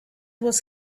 was